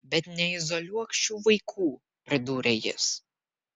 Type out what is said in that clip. bet neizoliuok šių vaikų pridūrė jis